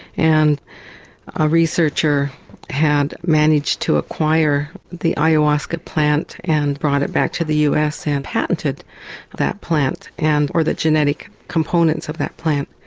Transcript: and a researcher had managed to acquire the ayahuasca plant and brought it back to the us and patented that plant, and or the genetic components of that plant.